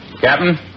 Captain